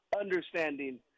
understanding